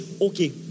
okay